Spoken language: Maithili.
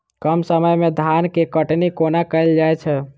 कम समय मे धान केँ कटनी कोना कैल जाय छै?